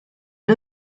the